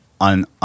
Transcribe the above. on